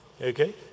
Okay